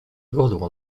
godło